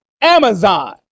Amazon